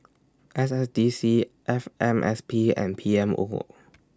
S S D C F M S P and P M O